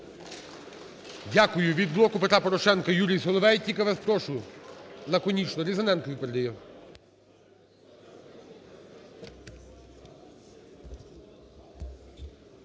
Дякую. Від "Блоку Петра Порошенка" Юрій Соловей. Тільки вас прошу лаконічно. Різаненкові передає.